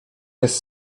jest